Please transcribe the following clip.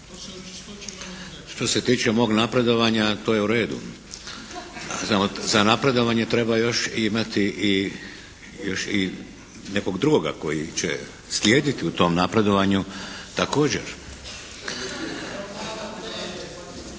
Što se tiče mog napredovanja to je u redu. Za napredovanje treba još i imati još nekog drugoga koji će slijediti u tom napredovanju također.